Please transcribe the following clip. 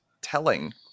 telling